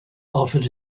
offered